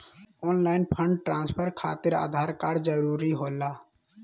Online fund transfer खातिर Aadhaar card जरूरी होला?